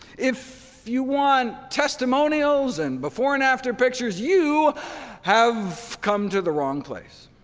if you want testimonials and before-and-after pictures, you have come to the wrong place.